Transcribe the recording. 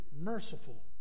merciful